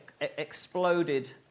exploded